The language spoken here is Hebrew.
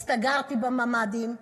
הסתגרתי בממ"דים.